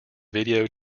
video